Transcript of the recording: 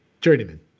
journeyman